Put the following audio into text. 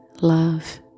love